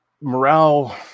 morale